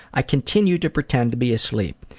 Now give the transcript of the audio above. i continue to pretend to be asleep.